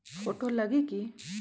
Photo लगी कि?